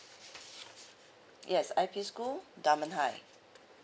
yes I_P school diamond high